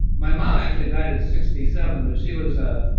my mom actually died at sixty seven, but she was a